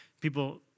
People